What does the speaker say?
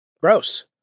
Gross